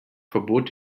verbot